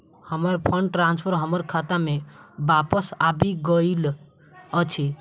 हमर fund transfer हमर खाता मे बापस आबि गइल अछि